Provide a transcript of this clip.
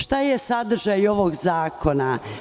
Šta je sadržaj ovog zakona?